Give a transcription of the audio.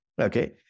Okay